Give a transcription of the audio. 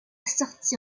sortie